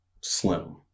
Slim